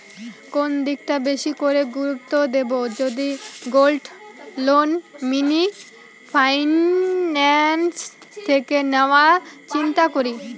কোন দিকটা বেশি করে গুরুত্ব দেব যদি গোল্ড লোন মিনি ফাইন্যান্স থেকে নেওয়ার চিন্তা করি?